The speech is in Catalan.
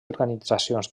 organitzacions